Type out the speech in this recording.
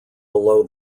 below